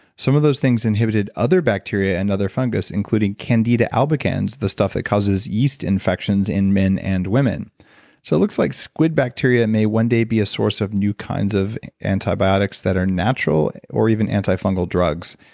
some of those things inhibited other bacteria, and other fungus, including candida albicans, the stuff that causes yeast infections in men and women so it looks like squid bacteria may one day be a source of new kinds of antibiotics that are natural, or even antifungal drugs.